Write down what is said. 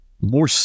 more